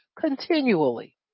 continually